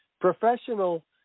professional